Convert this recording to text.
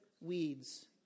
weeds